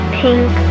pink